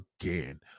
again